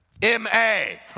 M-A